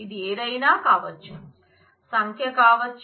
ఇది ఏదైనా కావచ్చు సంఖ్య కావచ్చు